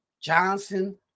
Johnson